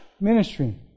ministry